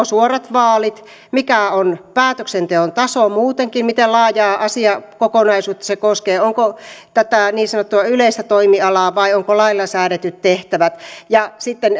suorat vaalit mikä on päätöksenteon taso muutenkin miten laajaa asiakokonaisuutta se koskee onko niin sanottua yleistä toimialaa vai onko lailla säädetyt tehtävät ja onko sitten